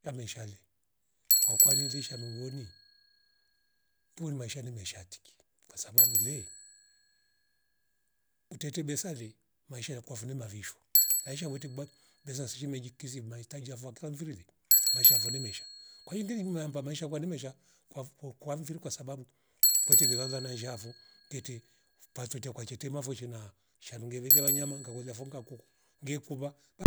Yameisha li kwa ukwari rishamari nuwoni mpuli maisha ni meshatiki kwasabu le utete besare maisha ya kwa fune mavifu laisha wete kubaki besa shisimiji kizi maitaji ya mvwa kila mvirir maisha voni mesha kwa ningiri mehamba maisha kwani mesha kwa fu kwa mviri kwa sababu kwete nizaza naishavo ngiti fupa twisi ya kwechitima voshena na sharunge vilia wanyama ngalunga fonga kuku nge kuva